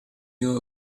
you